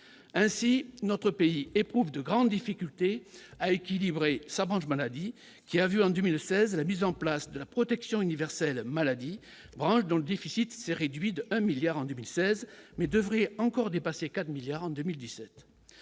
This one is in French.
ainsi notre pays éprouvent de grandes difficultés à équilibrer sa branche maladie qui a vu en 2016, la mise en place de la protection universelle maladie branche dont le déficit s'est réduit d'un 1000000000 en 2016 mais devrait encore dépasser 4 milliards en 2017